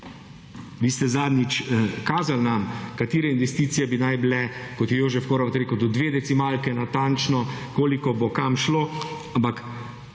Vi ste zadnjič kazali na katere investicije bi naj bile, kot je Jožef Horvat rekel do dve decimalki natančno, koliko bo kam šlo, ampak